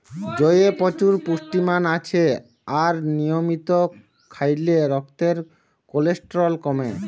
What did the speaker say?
জইয়ে প্রচুর পুষ্টিমান আছে আর নিয়মিত খাইলে রক্তের কোলেস্টেরল কমে